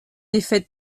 effet